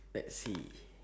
let's see